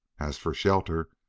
as for shelter,